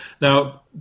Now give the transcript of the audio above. Now